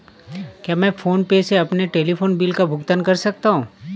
क्या मैं PhonePe से अपने टेलीफोन बिल का भुगतान कर सकता हूँ?